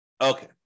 Okay